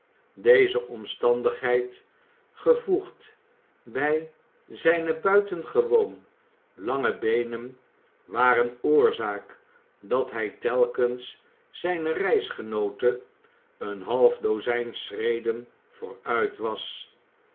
deze omstandigheid gevoegd bij zijne buitengewoon lange beenen waren oorzaak dat hij telkens zijne reisgenoote een half dozijn schreden vooruit was